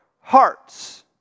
hearts